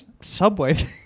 Subway